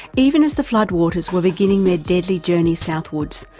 even as the floodwaters were beginning their deadly journey southwards,